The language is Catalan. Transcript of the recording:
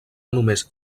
només